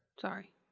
Sorry